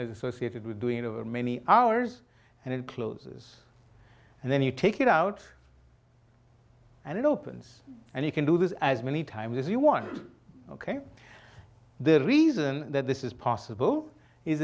associated with doing it over many hours and it closes and then you take it out and it opens and you can do this as many times as you want ok the reason that this is possible is